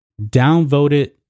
downvoted